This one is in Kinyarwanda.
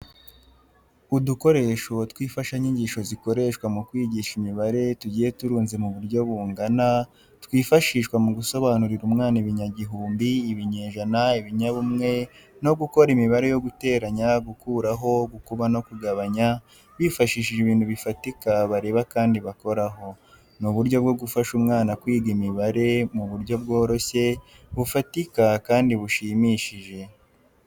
Udukoresho tw'imfashanyigisho zikoreshwa mu kwigisha imibare tugiye turunze mu butyo bungana, twifashishwa mu gusobanurira umwana ibinyagihumbi, ibinyejana, ibinyabumwe no gukora imibare yo guteranya, gukuraho, gukuba no kugabanya bifashishije ibintu bifatika bareba kandi bakoraho. Ni uburyo bwo gufasha umwana kwiga imibare mu buryo bworoshye, bufatika kandi bushimishije.